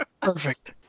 Perfect